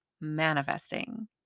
manifesting